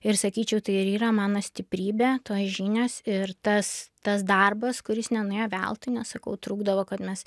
ir sakyčiau tai ir yra mano stiprybė tos žinios ir tas tas darbas kuris nenuėjo veltui nes sakau trukdavo kad mes